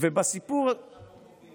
חבר הכנסת פורר,